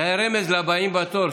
זה היה רמז לבאים בתור.